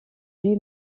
lui